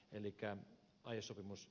elikkä aiesopimus